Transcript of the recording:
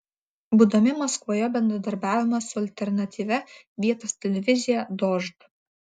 būdami maskvoje bendradarbiavome su alternatyvia vietos televizija dožd